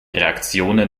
reaktionen